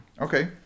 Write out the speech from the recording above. okay